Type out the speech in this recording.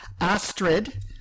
Astrid